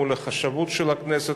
מול החשבות של הכנסת,